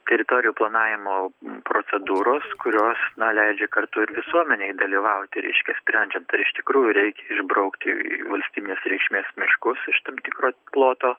teritorijų planavimo procedūros kurios na leidžia kartu ir visuomenei dalyvauti reiškia sprendžiant ar iš tikrųjų reikia išbraukti valstybinės reikšmės miškus iš tam tikro ploto